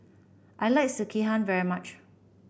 I like Sekihan very much